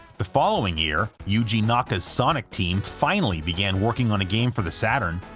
the following year, yuji naka's sonic team finally began working on a game for the saturn,